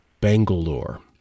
Bangalore